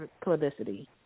publicity